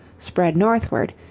spread northward,